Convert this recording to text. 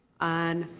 and